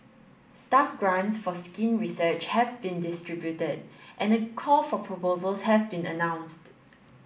staff grants for skin research have been distributed and a call for proposals has been announced